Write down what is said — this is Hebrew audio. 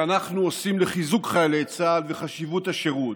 שאנחנו עושים לחיזוק חיילי צה"ל וחשיבות השירות,